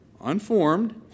unformed